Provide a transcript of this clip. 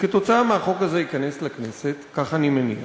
שכתוצאה מהחוק הזה ייכנס לכנסת, כך אני מניח,